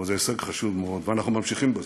אבל זה הישג חשוב מאוד, ואנחנו ממשיכים בזה,